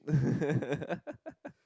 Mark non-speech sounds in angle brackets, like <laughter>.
<laughs>